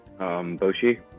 Boshi